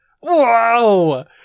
Whoa